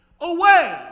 away